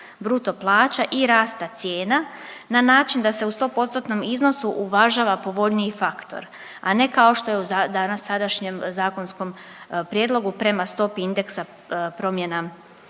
bruto plaća i rasta cijena na način da se u sto postotnom iznosu uvažava povoljniji faktor, a ne kao što je u sadašnjem zakonskom prijedlogu prema stopi indeksa promjena